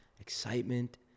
excitement